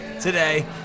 today